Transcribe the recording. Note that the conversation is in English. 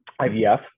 ivf